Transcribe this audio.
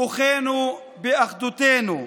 כוחנו באחדותנו.